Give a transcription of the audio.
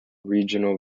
regional